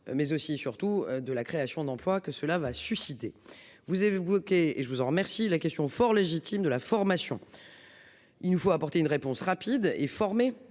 mais aussi et surtout de la création d'emplois que cela va susciter vous avez et je vous en remercie la question fort légitimes de la formation. Il nous faut apporter une réponse rapide et formé